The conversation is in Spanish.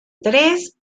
tres